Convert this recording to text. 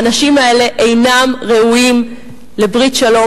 האנשים האלה אינם ראויים לברית שלום.